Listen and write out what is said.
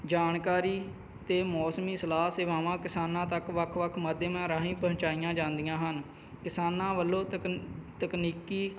ਜਾਣਕਾਰੀ ਅਤੇ ਮੌਸਮੀ ਸਲਾਹ ਸੇਵਾਵਾਂ ਕਿਸਾਨਾਂ ਤੱਕ ਵੱਖ ਵੱਖ ਮਾਧਿਅਮਾਂ ਰਾਹੀਂ ਪਹੁੰਚਾਈਆਂ ਜਾਂਦੀਆਂ ਹਨ ਕਿਸਾਨਾਂ ਵੱਲੋਂ ਤਕਨੀ ਤਕਨੀਕੀ